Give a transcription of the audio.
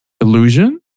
illusion